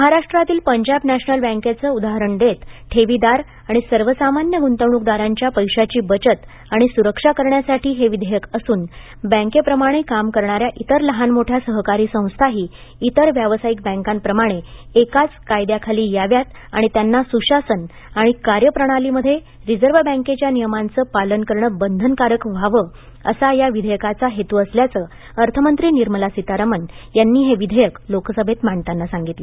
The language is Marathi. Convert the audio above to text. महाराष्ट्रातील पंजाब नॅशनल बँकेचे उदाहरण देत ठेवीदार आणि सर्वसामान्य गुंतवणूकदारांच्या पैशाची बचत आणि सुरक्षा करण्यासाठी हे विधेयक असून बँकेप्रमाणे काम करणाऱ्या इतर लहानमोठ्या सहकारी संस्थाही इतर व्यावसायिक बँकांप्रमाणे एकाच कायद्याखाली याव्यात आणि त्यांना सुशासन आणि कार्यप्रणालीमध्ये रिझर्व्ह बँकेच्या नियमांच पालन करणं बंधनकारक व्हावं असा या विधेयकाचा हेतू असल्याचं वित्तमंत्री निर्मला सीतारामन यांनी ते सदनामध्ये मांडताना सांगितलं